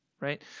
right